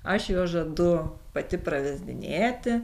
aš juos žadu pati pravedinėti